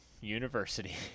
University